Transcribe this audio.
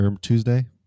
Tuesday